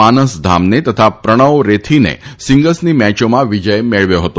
માનસ ધામને તથા પ્રણવ રેથીને સીંગલ્સની મેચોમાં વિજય મેળવ્યો હતો